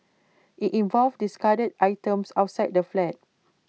IT involved discarded items outside the flat